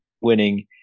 winning